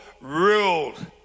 ruled